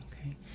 Okay